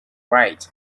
right